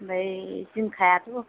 आमफ्राय जिंखायाथ'